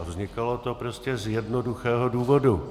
Vznikalo to prostě z jednoduchého důvodu.